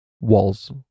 walls